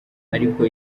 ariko